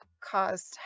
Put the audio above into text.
caused